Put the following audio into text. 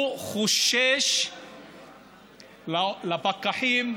שהוא חושש לפקחים,